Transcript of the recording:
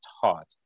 taught